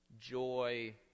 joy